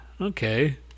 okay